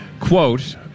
Quote